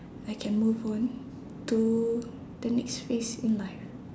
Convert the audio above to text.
I can move on to the next phase in life